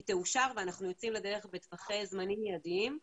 היא תאושר ואנחנו יוצאים לדרך בטווחי זמנים מיידיים.